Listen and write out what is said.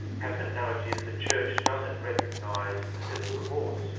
perhaps an analogy is the church doesn't recognise a civil divorce.